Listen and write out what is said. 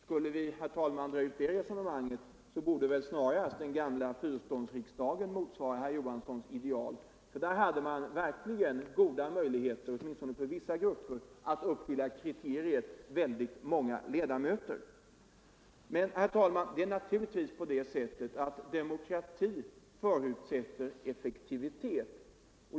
Skulle vi dra konsekvenserna av det resonemanget borde snarare den gamla fyrståndsriksdagen motsvara herr Johanssons ideal. I den fanns det verkligen goda möjligheter, åtminstone för vissa grupper, att uppfylla kriteriet väldigt många ledamöter. Det är naturligtvis på det sättet att demokrati förutsätter effektivitet.